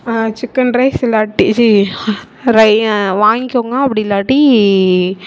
chicken rice இல்லாட்டி ச்சீ ரை வாங்கிக்கோங்க அப்படி இல்லாட்டி